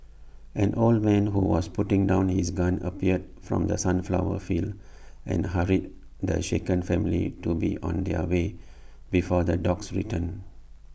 an old man who was putting down his gun appeared from the sunflower fields and hurried the shaken family to be on their way before the dogs return